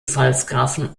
pfalzgrafen